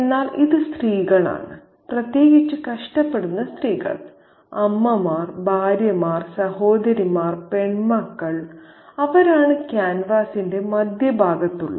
എന്നാൽ ഇത് സ്ത്രീകളാണ് പ്രത്യേകിച്ച് കഷ്ടപ്പെടുന്ന സ്ത്രീകൾ അമ്മമാർ ഭാര്യമാർ സഹോദരിമാർ പെൺമക്കൾ അവരാണ് ക്യാൻവാസിന്റെ മധ്യഭാഗത്തുള്ളവർ